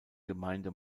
gemeinde